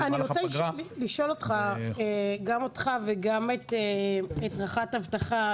אז אני רוצה לשאול גם אותך וגם את רח"ט אבטחה,